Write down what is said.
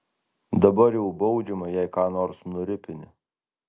dabar jau baudžiama jei ką nors nuripini